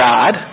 God